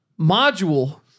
module